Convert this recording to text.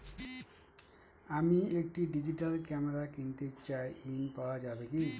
আমি একটি digital camera কিনতে চাই ঝণ পাওয়া যাবে?